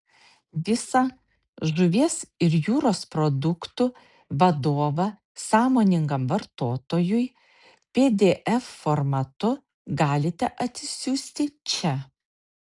visą žuvies ir jūros produktų vadovą sąmoningam vartotojui pdf formatu galite atsisiųsti čia